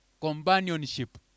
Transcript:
companionship